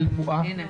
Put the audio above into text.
יהודה.